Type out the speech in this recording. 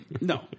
No